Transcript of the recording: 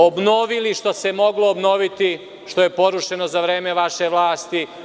Obnovili što se dalo obnoviti što je porušeno za vreme vaše vlasti.